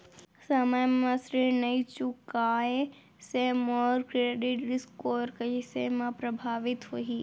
समय म ऋण नई चुकोय से मोर क्रेडिट स्कोर कइसे म प्रभावित होही?